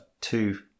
two